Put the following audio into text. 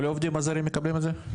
כל העובדים הזרים מקבלים את זה?